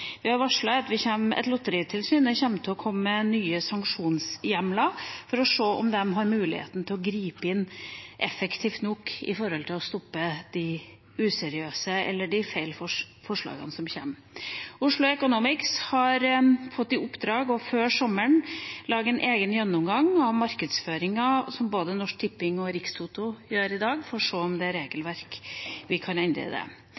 Vi har varslet at Lotteritilsynet kommer til å komme med nye sanksjonshjemler for å se om de har muligheten til å gripe inn effektivt nok når det gjelder å stoppe de useriøse. Oslo Economics har fått i oppdrag før sommeren å lage en egen gjennomgang av markedsføringen til Norsk Tipping og Rikstoto i dag, for å se om det er regelverk vi kan endre